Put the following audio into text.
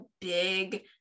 big